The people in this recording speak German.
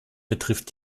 betrifft